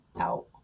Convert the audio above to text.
out